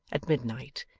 at midnight,